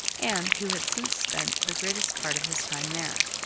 and who had since spent the greatest part of his time there.